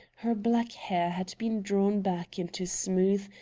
her black hair had been drawn back into smooth,